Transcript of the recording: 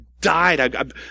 died